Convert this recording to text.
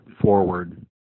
Forward